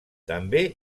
també